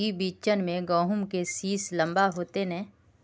ई बिचन में गहुम के सीस लम्बा होते नय?